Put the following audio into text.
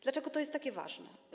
Dlaczego to jest takie ważne?